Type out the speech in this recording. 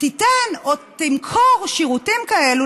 תיתן או תמכור שירותים כאלה.